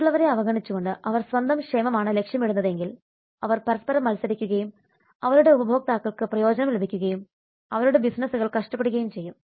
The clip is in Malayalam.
മറ്റുള്ളവരെ അവഗണിച്ചുകൊണ്ട് അവർ സ്വന്തം ക്ഷേമമാണ് ലക്ഷ്യമിടുന്നതെങ്കിൽ അവർ പരസ്പരം മത്സരിക്കുകയും അവരുടെ ഉപഭോക്താക്കൾക്ക് പ്രയോജനം ലഭിക്കുകയും അവരുടെ ബിസിനസുകൾ കഷ്ടപ്പെടുകയും ചെയ്യും